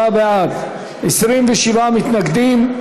57 בעד, 27 מתנגדים.